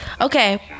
Okay